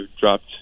dropped